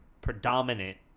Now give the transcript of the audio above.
Predominant